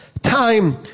Time